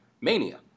Mania